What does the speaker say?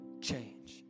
change